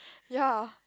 ya